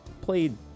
played